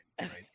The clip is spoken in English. right